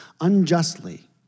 unjustly